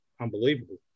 unbelievable